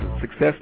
success